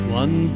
one